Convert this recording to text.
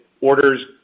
orders